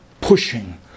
pushing